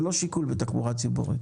זה לא שיקול בתחבורה ציבורית.